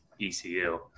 ECU